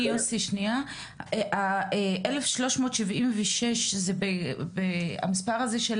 האלף שלוש מאות שבעים ושש, המספר הזה של